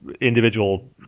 individual